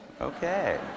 Okay